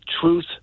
truth